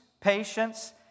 patience